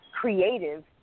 creative